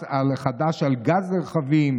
מס חדש על גז רכבים